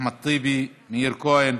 אחמד טיבי, מאיר כהן.